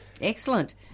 Excellent